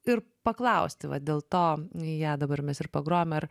ir paklausti vat dėl to ją dabar mes ir pagrojom ir